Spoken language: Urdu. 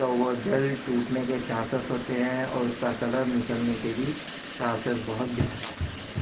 تو وہ جلد ٹوٹنے کے چانسس ہوتے ہیں اور اس کا کلر نکلنے کے بھی چانسز بہت زیادہ ہوتے ہیں